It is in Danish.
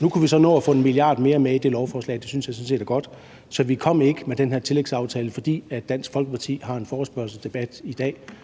Nu kunne vi så nå at få 1 mia. kr. mere med i det lovforslag. Det synes jeg sådan set er godt. Så vi kom ikke med den her tillægsaftale, fordi Dansk Folkeparti har en forespørgselsdebat i dag.